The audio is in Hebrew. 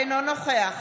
אינו נוכח